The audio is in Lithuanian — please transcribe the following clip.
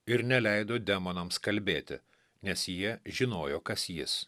ir neleido demonams kalbėti nes jie žinojo kas jis